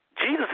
Jesus